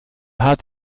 hat